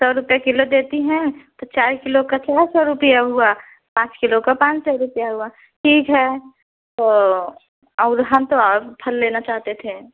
सौ रूपये किलो देती हैं तो चार किलो का चार सौ रूपया हुआ पाॅंच किलो का पाॅंच सौ रूपया हुआ ठीक है तो और हम तो और फल लेना चाहते थे